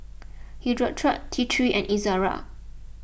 Hirudoid T three and Ezerra